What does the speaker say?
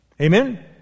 amen